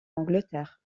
angleterre